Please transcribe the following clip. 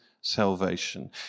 salvation